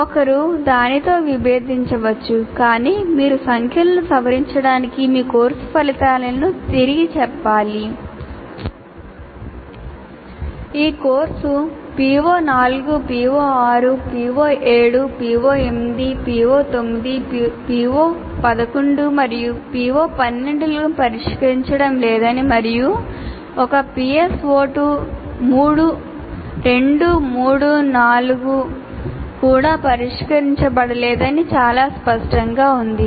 ఒకరు దానితో విభేదించవచ్చు కానీ మీరు ఈ సంఖ్యలను సవరించదడానికి మీ కోర్సు ఫలితాలను తిరిగి చెప్పాలి ఈ course PO4 PO6 PO7 PO8 PO9 PO11 మరియు PO12 లను పరిష్కరించడం లేదని మరియు ఒక PSO2 3 4 కూడా పరిష్కరించబడలేదని చాలా స్పష్టంగా ఉంది